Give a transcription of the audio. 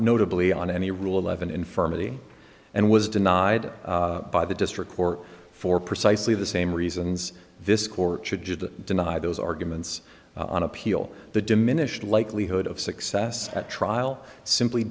notably on any rule eleven infirmity and was denied by the district court for precisely the same reasons this court should just deny those arguments on appeal the diminished likelihood of success at trial simply